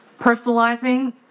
Personalizing